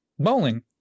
bowling